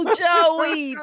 joey